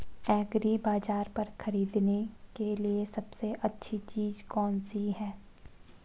एग्रीबाज़ार पर खरीदने के लिए सबसे अच्छी चीज़ कौनसी है?